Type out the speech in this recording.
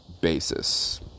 basis